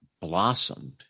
Blossomed